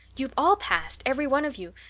you've all passed, every one of you,